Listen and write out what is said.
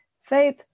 faith